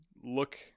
look